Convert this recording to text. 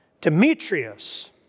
Demetrius